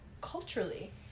culturally